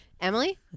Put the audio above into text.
Emily